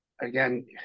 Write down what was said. again